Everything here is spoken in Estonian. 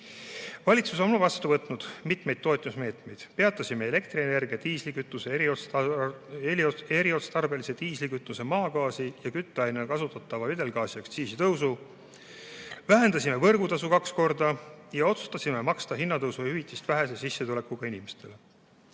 Valitsus on vastu võtnud mitmeid toetusmeetmeid. Peatasime elektrienergia, diislikütuse, eriotstarbelise diislikütuse, maagaasi ja kütteainena kasutatava vedelgaasi aktsiisi tõusu, vähendasime võrgutasu kaks korda ja otsustasime maksta hinnatõusu hüvitist vähese sissetulekuga inimestele.